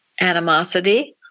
animosity